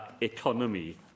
economy